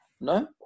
No